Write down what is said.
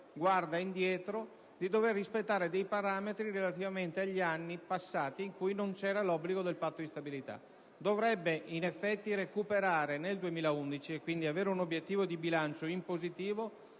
guarda indietro, di dover rispettare, dei parametri relativamente agli anni passati, in cui non c'era l'obbligo del Patto di stabilità. Dovrebbe recuperare nel 2011, e quindi avere un obiettivo di bilancio in positivo,